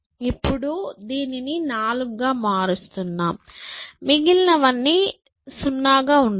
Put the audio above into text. ఇప్పుడు దీనిని 4 గా మారుస్తున్నాం మిగిలినవన్నీ 0 గా ఉంటాయి